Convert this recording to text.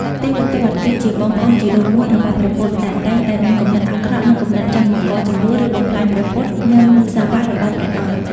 ទេវទត្ត គឺជាបងប្អូនជីដូនមួយរបស់ព្រះពុទ្ធ ដែលតែងតែមានគំនិតអាក្រក់ និងគំនិតចង់បង្កជម្លោះ ឬបំផ្លាញព្រះពុទ្ធ និងសាវ័ករបស់ព្រះអង្គ។